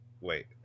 Wait